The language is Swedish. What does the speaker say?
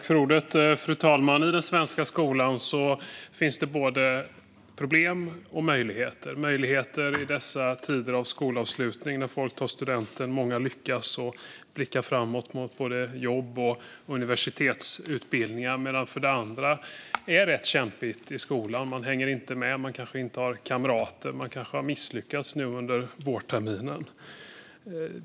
Fru talman! I den svenska skolan finns det både problem och möjligheter. I dessa tider av skolavslutning och att folk tar studenten lyckas många blicka framåt mot både jobb och universitetsutbildningar medan det för andra är rätt kämpigt i skolan - man hänger inte med, man kanske inte har kamrater och man kanske har misslyckats nu under vårterminen.